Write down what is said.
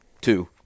two